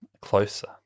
closer